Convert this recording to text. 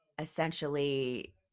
essentially